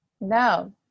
no